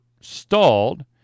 stalled